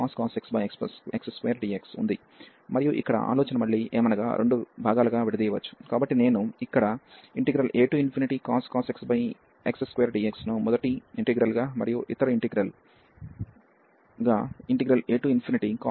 మరియు ఇక్కడ ఆలోచన మళ్ళీ ఏమనగా రెండు భాగాలుగా విడదీయవచ్చు కాబట్టి నేను ఇక్కడ acos x x2dx ను మొదటి ఇంటిగ్రల్ గా మరియు ఇతర ఇంటిగ్రల్ గా acos x e xx2dx ను తీసుకుంటాను